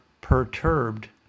perturbed